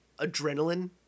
adrenaline